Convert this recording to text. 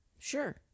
Sure